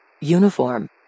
Uniform